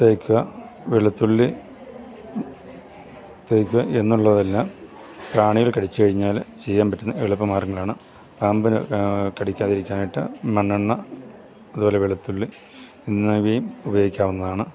തേക്കുക വെളുത്തുള്ളി തേക്കുക എന്നുള്ളതെല്ലാം പ്രാണികൾ കടിച്ചു കഴിഞ്ഞാൽ ചെയ്യാൻ പറ്റുന്ന എളുപ്പ മാർഗ്ഗങ്ങളാണ് പാമ്പിന് കടിക്കാതിരിക്കാനായിട്ട് മണ്ണെണ്ണ അതുപോലെ വെളുത്തുള്ളി എന്നിവയും ഉപയോഗിക്കാവുന്നതാണ്